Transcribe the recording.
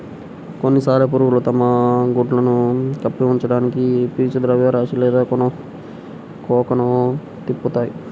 కొన్ని సాలెపురుగులు తమ గుడ్లను కప్పి ఉంచడానికి పీచు ద్రవ్యరాశి లేదా కోకన్ను తిప్పుతాయి